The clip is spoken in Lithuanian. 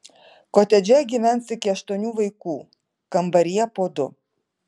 kotedže gyvens iki aštuonių vaikų kambaryje po du